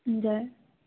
हजुर